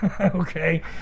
okay